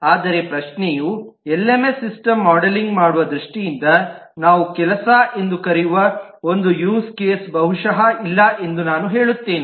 ಆದರೆ ಪ್ರಶ್ನೆಯು LMS system modelling ಮಾಡುವ ದೃಷ್ಟಿಯಿಂದ ನಾವು ಕೆಲಸ ಎಂದು ಕರೆಯುವ ಒಂದು ಯೂಸ್ ಕೇಸ್ಬಹುಶಃ ಇಲ್ಲ ಎಂದು ನಾನು ಹೇಳುತ್ತೇನೆ